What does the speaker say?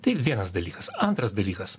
tai vienas dalykas antras dalykas